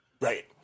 Right